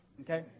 Okay